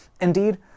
Indeed